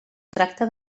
tracta